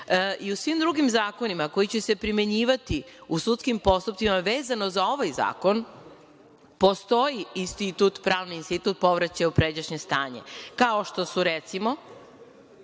i u svim drugim zakonima koji će se primenjivati u sudskim postupcima vezano za ovaj zakon postoji pravni institut povraćaj u pređašnje stanje. Kao što je recimo